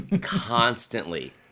Constantly